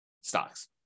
stocks